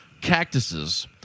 Cactuses